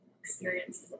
experiences